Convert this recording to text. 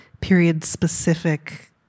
period-specific